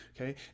okay